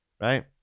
Right